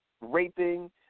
raping